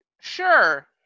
Sure